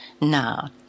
now